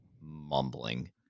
mumbling